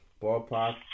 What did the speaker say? ballpark